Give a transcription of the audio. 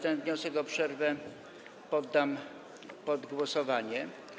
Ten wniosek o przerwę poddam pod głosowanie.